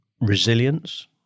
resilience